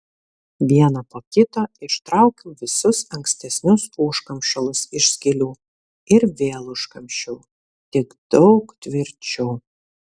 vieną po kito ištraukiau visus ankstesnius užkamšalus iš skylių ir vėl užkamšiau tik daug tvirčiau